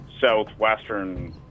southwestern